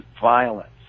violence